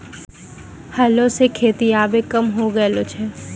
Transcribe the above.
हलो सें खेती आबे कम होय गेलो छै